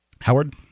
Howard